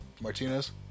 Martinez